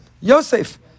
Yosef